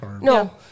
no